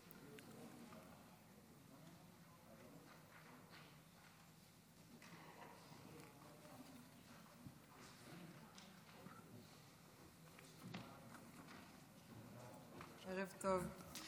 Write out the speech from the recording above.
ערב טוב.